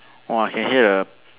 !wah! I can hear the